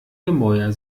gemäuer